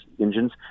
engines